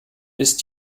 ist